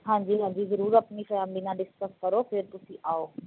ਹਾਂਜੀ ਹਾਂਜੀ ਜ਼ਰੂਰ ਆਪਣੀ ਫੈਮਲੀ ਨਾਲ ਡਿਸਕਸ ਕਰੋ ਫਿਰ ਤੁਸੀਂ ਆਓ